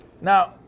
Now